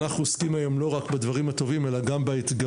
אנחנו עוסקים היום לא רק בדברים הטובים אלא גם באתגרים.